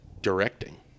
directing